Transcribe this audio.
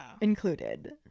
included